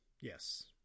Yes